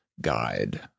guide